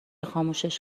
خاموشش